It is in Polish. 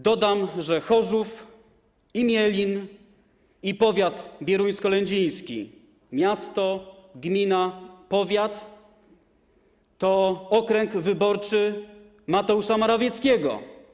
Dodam, że Chorzów, Imielin i powiat bieruńsko-lędziński - miasto, gmina i powiat - to okręg wyborczy Mateusza Morawieckiego.